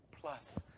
plus